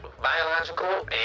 biological